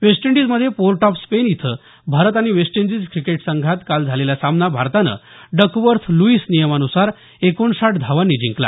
waste इंडीजमध्ये Port of Spain इथं भारत आणि वेस्ट इंडिज क्रिकेट संघात काल झालेला सामना भारतानं डकवर्थ लुईस नियमानुसार एकोणसाठ धावांनी जिंकला